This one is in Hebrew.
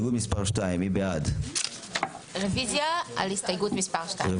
מי בעד הרוויזיה על הסתייגות מספר 16?